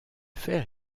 faire